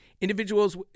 Individuals